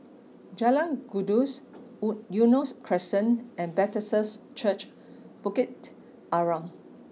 Jalan Gajus Eunos Crescent and Bethesda Church Bukit Arang